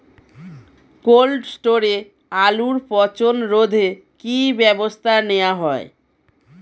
Cold স্টোরে আলুর পচন রোধে কি ব্যবস্থা নেওয়া হয়?